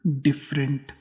different